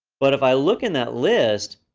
but if i look in that list,